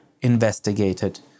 investigated